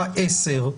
10,